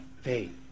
faith